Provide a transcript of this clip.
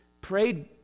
prayed